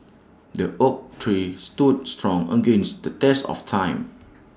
the oak tree stood strong against the test of time